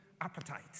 appetite